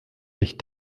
sich